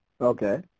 okay